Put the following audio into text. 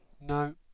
No